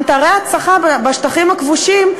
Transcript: אתרי הנצחה בשטחים הכבושים,